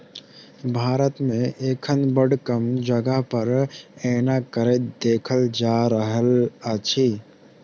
भारत मे एखन बड़ कम जगह पर एना करैत देखल जा रहल अछि